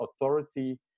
authority